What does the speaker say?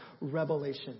Revelation